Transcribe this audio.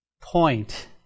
point